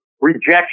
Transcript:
rejection